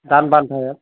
दान बान्थाया